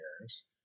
years